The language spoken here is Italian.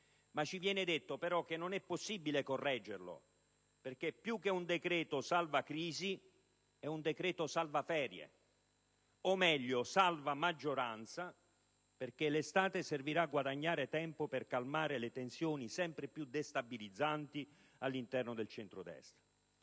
ci viene detto, però, che non è possibile correggerlo, perché più che salvacrisi, è un decreto salvaferie, o meglio, salvamaggioranza, perché l'estate servirà a guadagnare tempo per calmare le tensioni sempre più destabilizzanti all'interno del centrodestra.